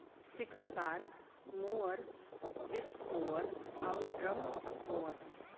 sickle bar mower, disc mower आउर drum mower